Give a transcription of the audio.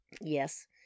Yes